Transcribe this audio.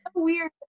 weird